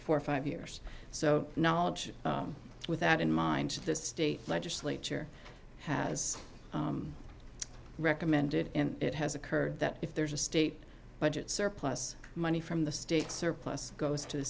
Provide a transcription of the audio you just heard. for five years so knowledge with that in mind the state legislature has recommended and it has occurred that if there's a state budget surplus money from the state surplus goes to the